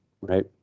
right